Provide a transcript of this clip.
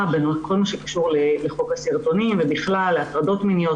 בכל מה שקשור לחוק הסרטונים ובכלל על הטרדות מיניות,